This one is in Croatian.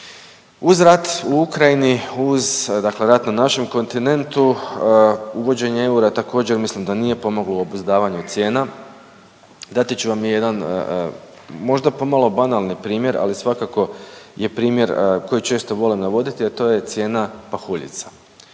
Uz rat u Ukrajini, uz dakle rat na našem kontinentu uvođenje eura također mislim da nije pomoglo obuzdavanju cijena. Dati ću vam i jedan možda pomalo banalni primjer, ali svakako je primjer koji često volim navoditi, a to je cijena pahuljica.